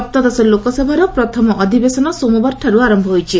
ସପ୍ତଦଶ ଲୋକସଭାର ପ୍ରଥମ ଅଧିବେଶନ ସୋମବାରଠାରୁ ଆରମ୍ଭ ହୋଇଛି